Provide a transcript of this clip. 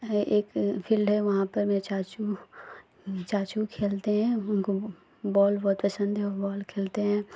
एक फील्ड है वहाँ पर चाचू चाचू खेलते हैं उनको बॉल बहुत पसंद है बॉल खेलते हैं